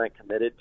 committed